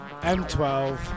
M12